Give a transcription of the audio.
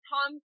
Tom